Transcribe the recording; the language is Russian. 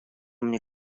мне